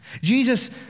Jesus